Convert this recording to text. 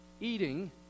Eating